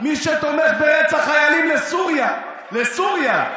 מי שתומך ברצח חיילים, לסוריה, לסוריה.